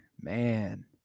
man